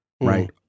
right